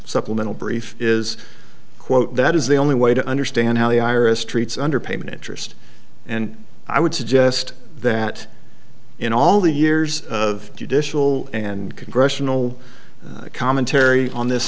supplemental brief is quote that is the only way to understand how the iris treats underpayment interest and i would suggest that in all the years of judicial and congressional commentary on this